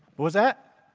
what is that?